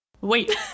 Wait